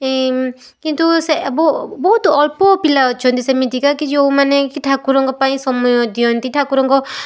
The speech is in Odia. କିନ୍ତୁ ସେ ବହୁତୁ ଅଳ୍ପ ପିଲା ଅଛନ୍ତି ସେମିତିକା କି ଯୋଉମାନେ କି ଠାକୁରଙ୍କ ପାଇଁ ସମୟ ଦିଅନ୍ତି ଠାକୁରଙ୍କ